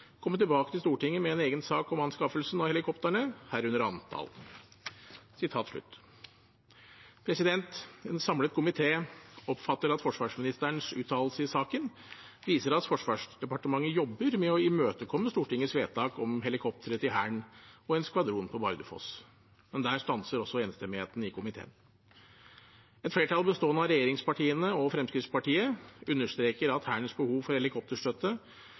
komme tilbake til Stortinget med en egen sak om anskaffelsen av helikoptrene, herunder antall.» En samlet komité oppfatter at forsvarsministerens uttalelse i saken viser at Forsvarsdepartementet jobber med å imøtekomme Stortingets vedtak om helikoptre til Hæren og en skvadron på Bardufoss, men der stanser også enstemmigheten i komiteen. Et flertall bestående av regjeringspartiene og Fremskrittspartiet understreker at Hærens behov for helikopterstøtte,